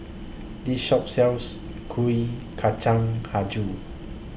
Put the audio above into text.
This Shop sells Kuih Kacang Hijau